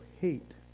hate